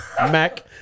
Mac